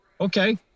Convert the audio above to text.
Okay